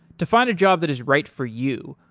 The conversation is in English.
to find a job that is right for you,